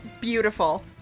Beautiful